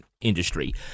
industry